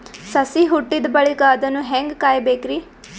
ಸಸಿ ಹುಟ್ಟಿದ ಬಳಿಕ ಅದನ್ನು ಹೇಂಗ ಕಾಯಬೇಕಿರಿ?